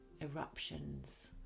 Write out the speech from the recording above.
eruptions